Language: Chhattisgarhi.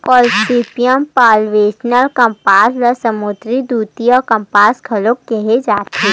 गोसिपीयम बारबेडॅन्स कपास ल समुद्दर द्वितीय कपास घलो केहे जाथे